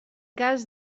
cas